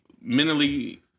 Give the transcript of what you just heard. mentally